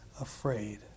afraid